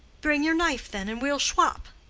bring your knife, then, and we'll shwop,